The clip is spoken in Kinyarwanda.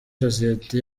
sosiyete